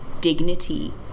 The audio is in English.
dignity